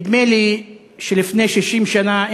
נדמה לי שלפני 60 שנה,